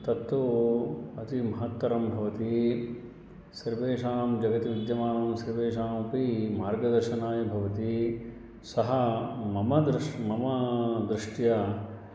तत्तु अति महत्तरं भवति सर्वेषां जगति विद्यमानानां सर्वेषामपि मार्गदर्शनाय भवति सः मम दृशा मम दृष्ट्या